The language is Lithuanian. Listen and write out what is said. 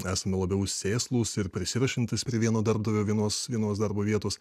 esame labiau sėslūs ir prisirišantįs prie vieno darbdavio vienos vienos darbo vietos